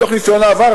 מתוך ניסיון העבר,